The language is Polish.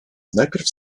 najpierw